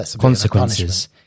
consequences